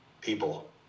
people